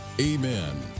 amen